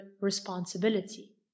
responsibility